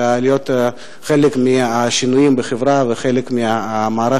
של להיות חלק מהשינויים בחברה וחלק מהמערך